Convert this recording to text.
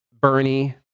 Bernie